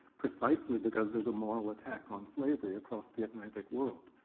precisely because there's a moral attack on slavery across the atlantic world.